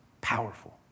Powerful